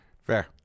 Fair